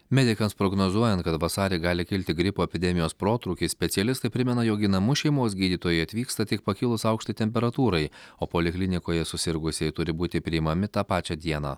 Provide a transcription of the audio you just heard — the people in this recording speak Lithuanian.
medikams prognozuojant kad vasarį gali kilti gripo epidemijos protrūkis specialistai primena jog į namus šeimos gydytojai atvyksta tik pakilus aukštai temperatūrai o poliklinikoje susirgusieji turi būti priimami tą pačią dieną